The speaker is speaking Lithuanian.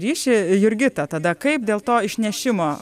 ryšį jurgita tada kaip dėl to išnešimo